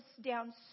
down